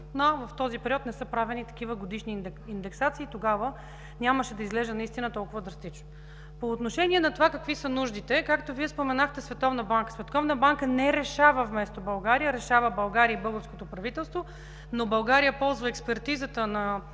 но в този период ако бяха правени такива годишни индексации, тогава нямаше да изглежда наистина толкова драстично. По отношение на това какви са нуждите. Както Вие споменахте – Световната банка. Световна банка не решава вместо България. Решава България и българското правителство, но България ползва експертизата на